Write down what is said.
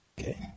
okay